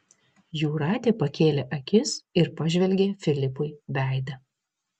jūratė pakėlė akis ir pažvelgė filipui veidą